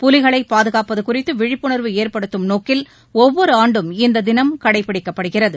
புலிகளை பாதுகாப்பது குறித்து விழிப்புணர்வு ஏற்படுத்தும் நோக்கில் ஒவ்வொரு ஆண்டும் இந்த தினம் கடைப்பிடிக்கப்படுகிறது